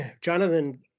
Jonathan